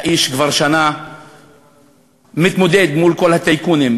האיש כבר שנה מתמודד מול כל הטייקונים,